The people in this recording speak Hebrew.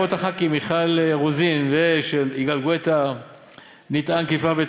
בהערות חברי הכנסת מיכל רוזין ויגאל גואטה נטען כי לפיכך,